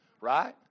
Right